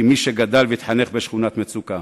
כמי שגדל והתחנך בשכונת מצוקה.